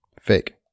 Fake